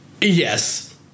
Yes